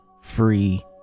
free